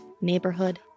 neighborhood